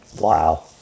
Wow